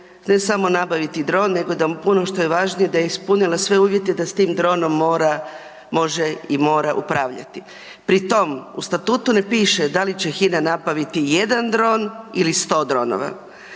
ne samo nabaviti dron, nego da puno što je važnije da je ispunila sve uvjete da s tim dronom mora, može i mora upravljati. Pri tom u statutu ne piše da li će Hina napraviti jedan dron ili 100 dronova.